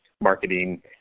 marketing